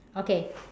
okay